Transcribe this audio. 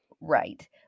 right